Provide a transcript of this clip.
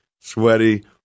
sweaty